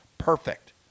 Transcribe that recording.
perfect